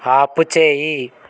ఆపుచేయి